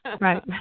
right